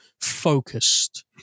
focused